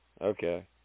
Okay